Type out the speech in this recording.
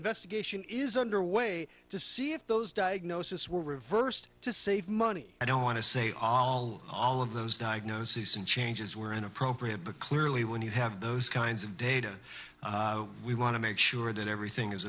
investigation is underway to see if those diagnosis were reversed to save money i don't want to say all all of those diagnoses and changes were inappropriate because really when you have those kinds of data we want to make sure that everything is